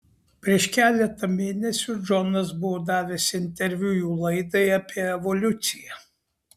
prieš keletą mėnesių džonas buvo davęs interviu jų laidai apie evoliuciją